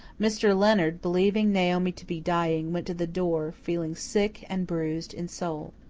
mr. leonard, believing naomi to be dying, went to the door, feeling sick and bruised in soul.